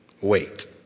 Wait